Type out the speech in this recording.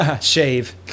Shave